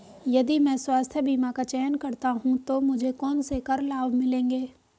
यदि मैं स्वास्थ्य बीमा का चयन करता हूँ तो मुझे कौन से कर लाभ मिलेंगे?